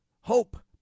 hope